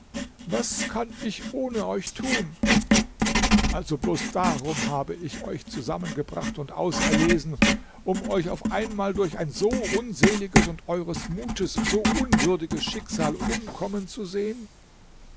was kann ich ohne euch tun also bloß darum habe ich euch zusammengebracht und auserlesen um euch auf einmal durch ein so unseliges und eures mutes so unwürdiges schicksal umkommen zu sehen